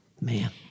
Man